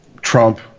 Trump